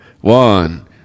one